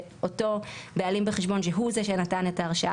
ואותו בעלים בחשבון שהוא זה שנתן את ההרשאה,